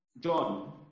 John